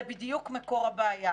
זה בדיוק מקור הבעיה.